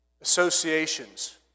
associations